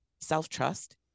self-trust